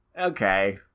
okay